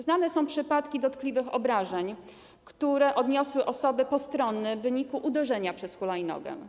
Znane są przypadki dotkliwych obrażeń, jakie odniosły osoby postronne w wyniku uderzenia przez hulajnogę.